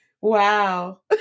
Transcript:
Wow